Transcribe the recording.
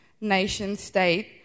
nation-state